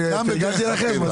שפרגנתי לכם?